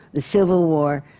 the civil war,